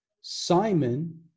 Simon